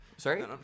Sorry